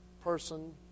person